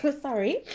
sorry